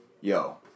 yo